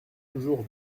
toujours